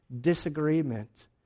disagreement